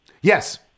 yes